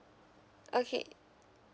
okay